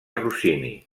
rossini